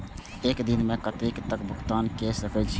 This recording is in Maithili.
एक दिन में कतेक तक भुगतान कै सके छी